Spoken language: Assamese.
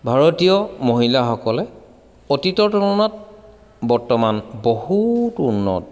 ভাৰতীয় মহিলাসকলে অতীতৰ তুলনাত বৰ্তমান বহুত উন্নত